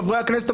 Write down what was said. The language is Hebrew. חברי הכנסת,